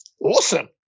awesome